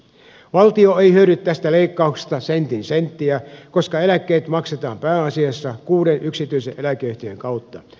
valtio ei hyödy tästä leikkauksesta sentin senttiä koska eläkkeet maksetaan pääasiassa kuuden yksityisen eläkeyhtiön kautta